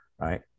right